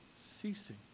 Ceasing